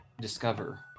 discover